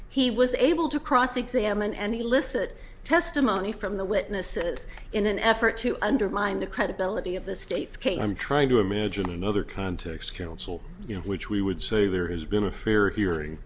he was able to cross examine and illicit testimony from the witnesses in an effort to undermine the credibility of the state's case i'm trying to imagine another context you know which we would say there has been a fair hearing